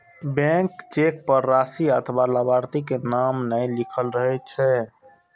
blank cheque पर राशि अथवा लाभार्थी के नाम नै लिखल रहै छै